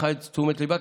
שלקחה לתשומת ליבה,